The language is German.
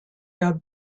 der